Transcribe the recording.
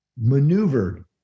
maneuvered